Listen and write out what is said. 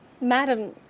Madam